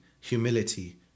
humility